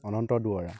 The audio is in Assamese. অনন্ত দুৱৰা